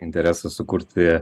interesas sukurti